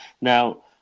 Now